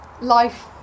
life